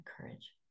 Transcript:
courage